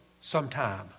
sometime